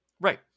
Right